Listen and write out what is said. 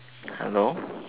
hello